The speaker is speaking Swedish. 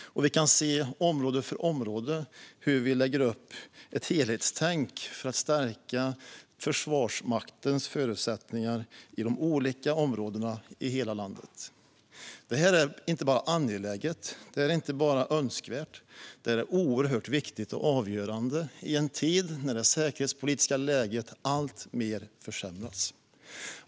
Vi kan område för område se hur vi lägger upp ett helhetstänk för att stärka Försvarsmaktens förutsättningar i de olika områdena i hela landet. Det här är inte bara angeläget. Det är inte bara önskvärt. Det är oerhört viktigt och avgörande i en tid när det säkerhetspolitiska läget försämras alltmer.